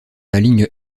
ligne